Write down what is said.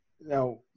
now